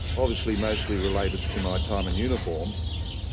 obviously mostly related to my time in uniform,